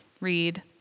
read